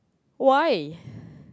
why